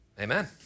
Amen